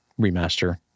remaster